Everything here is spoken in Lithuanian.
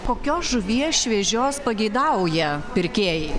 kokios žuvies šviežios pageidauja pirkėjai